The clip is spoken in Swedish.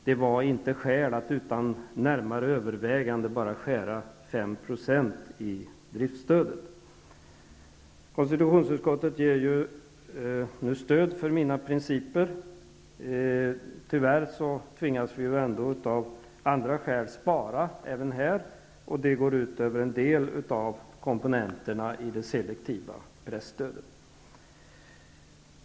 Det fanns inte skäl att utan närmare övervägande skära 5 % i driftstödet. Konstitutionsutskottet stödjer mina principer. Tyvärr tvingas vi av andra skäl att spara även här. Det går ut över en del av komponenterna i det selektiva presstödet.